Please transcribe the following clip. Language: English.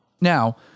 Now